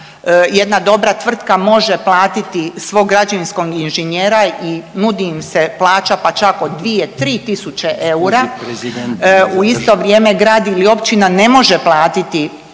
jedna dobra tvrtka može platiti svog građevinskom inženjera i nudi im se plaća pa čak od 2-3 eura u isto vrijeme grad ili općina ne može platiti